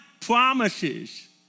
promises